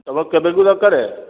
ତୁମର କେବେକୁ ଦରକାର